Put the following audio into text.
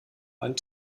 einen